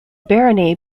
barony